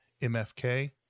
MFK